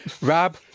Rab